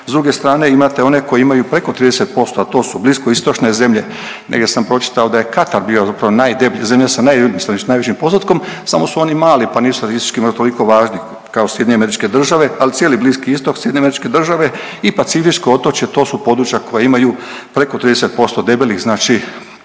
S druge strane imate one koji imaju preko 30%, a to Blisko istočne zemlje, negdje sam pročitao da je Katar zapravo bio najdeblji, zemlja sa najvišim postotkom samo su oni mali pa nisu statistički imali toliko važni kao SAD, ali cijeli Bliski istok, SAD i pacifičko otočje to su područja koja imaju preko 30% debelih, znači